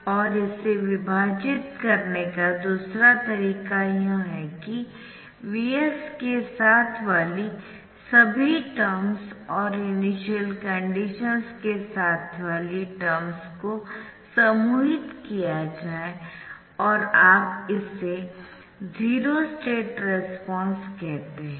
और इसे विभाजित करने का दूसरा तरीका यह है कि Vs के साथवाली सभी टर्म्स और इनिशियल कंडीशंस के साथवाली टर्म्स को समूहित किया जाए और आप इसे जीरो स्टेट रेस्पॉन्स कहते है